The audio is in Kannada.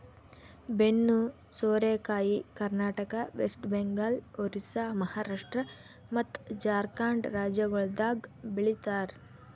ಬೆನ್ನು ಸೋರೆಕಾಯಿ ಕರ್ನಾಟಕ, ವೆಸ್ಟ್ ಬೆಂಗಾಲ್, ಒರಿಸ್ಸಾ, ಮಹಾರಾಷ್ಟ್ರ ಮತ್ತ್ ಜಾರ್ಖಂಡ್ ರಾಜ್ಯಗೊಳ್ದಾಗ್ ಬೆ ಳಿತಾರ್